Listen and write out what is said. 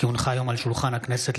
כי הונחה היום על שולחן הכנסת,